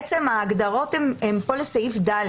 ההגדרות פה הן לפרק ד',